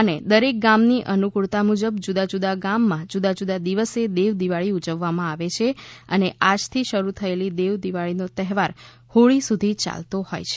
અને દરેક ગામની અનુકૂળતા મુજબ જુદા જુદા ગામમાં જુદા જુદા દિવસે દેવદિવાળી ઉજવવામાં આવે છે અને આજથી શરૂ થયેલી દેવદિવાળીનો તહેવાર હોળી સુધી યાલતો હોય છે